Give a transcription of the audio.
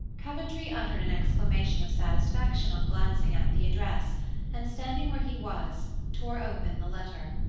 coventry uttered an exclamation of satisfaction on glancing at the address and, standing where he was, tore open the letter.